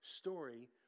story